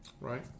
Right